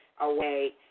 away